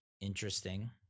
interesting